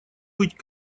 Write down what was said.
быть